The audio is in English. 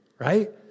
right